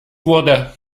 wurde